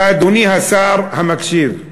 ואדוני השר המקשיב: